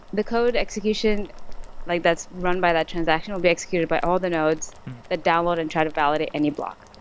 the code execution like that's run by that transaction will be executed by all the nodes that download and try to validate any block.